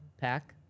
Pack